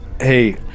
hey